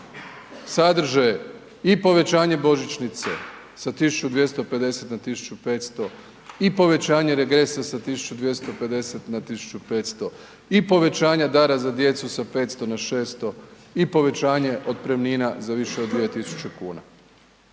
sadrže i povećanje božićnice sa 1.250,00 na 1.500,00 i povećanje regresa sa 1.250,00 na 1.500,00 i povećanja dara za djecu sa 500 na 600 i povećanje otpremnina za više od 2.000,00 kn.